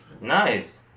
Nice